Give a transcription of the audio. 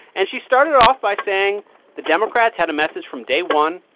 and she started it off by saying the democrats had a message from day one,